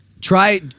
Try